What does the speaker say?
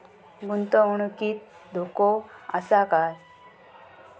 गुंतवणुकीत धोको आसा काय?